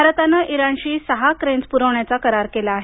भारतानं इराणशी सहा क्रेन्स पुरवण्याचा करार केला आहे